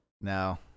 No